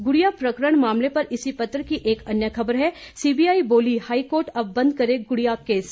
गुड़िया प्रकरण मामले पर इसी पत्र की एक अन्य खबर है सीबीआई बोली हाई कोर्ट अब बंद करे गुड़िया केस